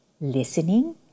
listening